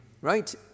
Right